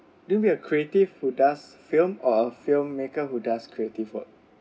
do you want to be a creative who does film or film maker who does creative work